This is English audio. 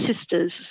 Sisters